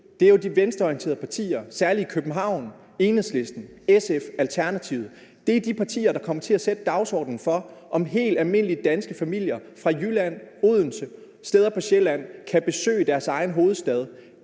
Det er jo de venstreorienterede partier – særligt i København med Enhedslisten, SF og Alternativet. Det er de partier, der kommer til at sætte dagsordenen for, om helt almindelige danske familier fra Jylland, Odense og steder på Sjælland kan besøge deres egen hovedstad.